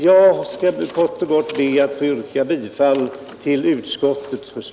Jag skall kort och gott be att få yrka bifall till utskottets